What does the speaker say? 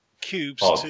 cubes